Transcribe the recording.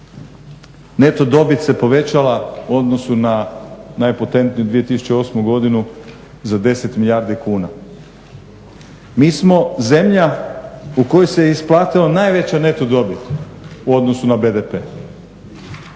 neto dobit se povećava u odnosu na najpotentniju 2008. godinu za 10 milijardi kuna. Mi smo zemlja u kojoj se isplatila najveća neto dobit u odnosu na BDP.